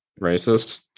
racist